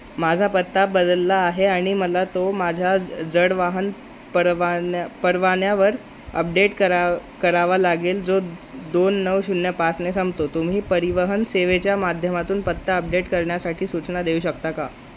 माझा पत्ता बदलला आहे आणि मला तो माझ्या जडवाहन परवान्या परवान्यावर अपडेट कराव करावा लागेल जो दोन नऊ शून्य पाचने संपतो तुम्ही परिवहन सेवेच्या माध्यमातून पत्ता अपडेट करण्यासाठी सूचना देऊ शकता का